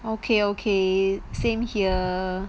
okay okay same here